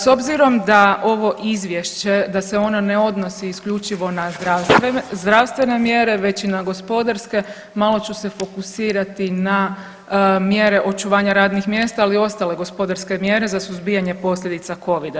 S obzirom da ovo Izvješće da se ono ne odnosi isključivo na zdravstvene mjere, već i na gospodarske malo ću se fokusirati na mjere očuvanja radnih mjesta, ali i ostale gospodarske mjere za suzbijanje posljedica Covid-a.